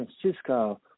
Francisco